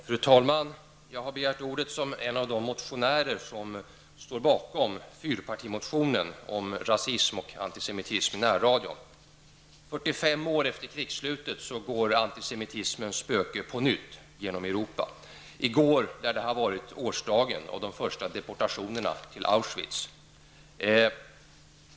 Fru talman! Jag har begärt ordet i egenskap av en av de motionärer som står bakom fyrpartimotionen om rasism och antisemitism i närradion. 45 år efter krigsslutet går antisemitismens spöke på nytt genom Europa. I går lär det ha varit årsdagen av de första deportationerna till Auschwitz.